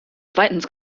zweitens